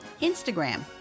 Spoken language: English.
Instagram